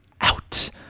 out